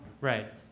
Right